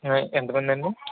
ఎంత మంది అండి